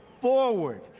forward